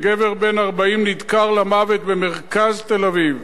גבר בן 40 נדקר למוות במרכז תל-אביב,